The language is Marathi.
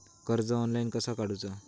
कर्ज ऑनलाइन कसा काडूचा?